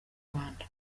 rwanda